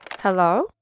Hello